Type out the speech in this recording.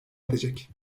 edecek